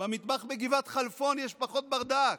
במטבח בגבעת חלפון יש פחות ברדק.